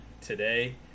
today